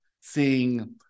seeing